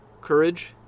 Courage